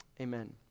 amen